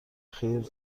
خیر